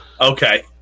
Okay